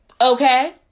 okay